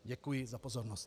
Děkuji za pozornost.